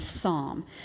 psalm